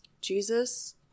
jesus